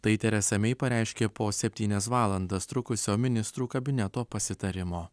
tai teresa mei pareiškė po septynias valandas trukusio ministrų kabineto pasitarimo